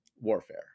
warfare